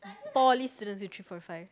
poly students with three point five